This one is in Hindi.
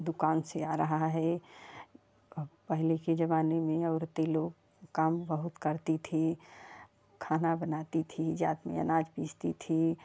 दुकान से आ रहा है अब पहले के जमाने में औरतें लोग काम बहुत करती थीं खाना बनाती थीं जात में अनाज पीसती थीं